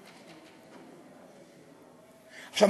עכשיו,